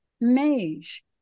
Mage